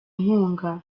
inkunga